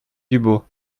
dubos